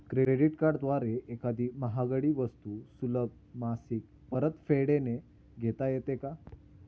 Credit कार्डद्वारे एखादी महागडी वस्तू सुलभ मासिक परतफेडने घेता येते का?